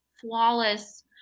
flawless